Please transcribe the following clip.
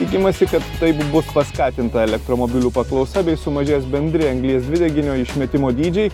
tikimasi kad taip bus paskatinta elektromobilių paklausa bei sumažės bendri anglies dvideginio išmetimo dydžiai